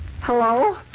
Hello